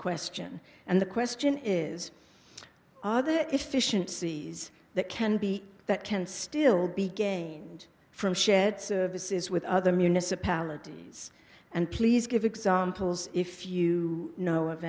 question and the question is are there efficiency is that can be that can still be gained from shed services with other municipalities and please give examples if you know of